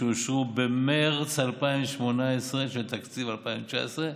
שאושרו במרץ 2018 של תקציב 2019,